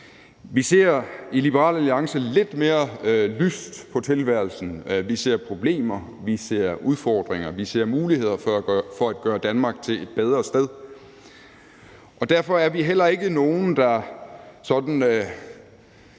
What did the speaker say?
Vi ser i Liberal Alliance lidt mere lyst på tilværelsen. Vi ser problemer, vi ser udfordringer, og vi ser muligheder for at gøre Danmark til et bedre sted. Og derfor er vi heller ikke nogle, der sådan